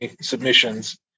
submissions